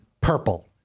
purple